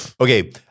Okay